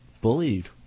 bullied